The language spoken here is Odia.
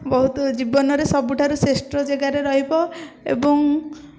ବହୁତ ଜୀବନରେ ସବୁଠୁ ଶ୍ରେଷ୍ଠ ଜାଗାରେ ରହିବ ଏବଂ